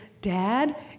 Dad